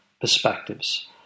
perspectives